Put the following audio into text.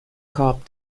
korb